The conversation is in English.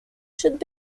should